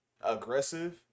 aggressive